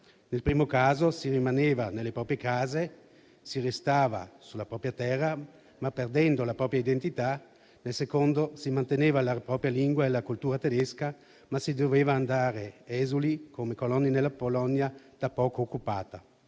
Nel primo caso, si rimaneva nelle proprie case, si restava sulla propria terra, ma perdendo la propria identità, nel secondo si mantenevano la propria lingua e cultura tedesche ma si doveva andare esuli come coloni nella Polonia da poco occupata.